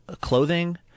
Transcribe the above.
clothing